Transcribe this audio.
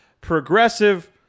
progressive